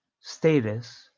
status